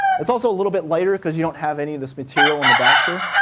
it's also a little bit lighter because you don't have any of this material in the back here.